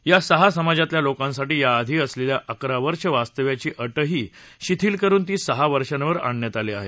या सहा समाजातल्या लोकांसाठी या आधी असलेली अकरा वर्ष वास्तव्याची अटही शिथिल करून ती सहा वर्षांवर आणण्यात आली आहे